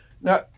Now